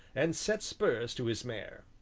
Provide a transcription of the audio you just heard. and set spurs to his mare.